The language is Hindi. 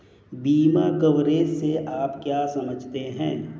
बीमा कवरेज से आप क्या समझते हैं?